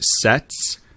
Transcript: sets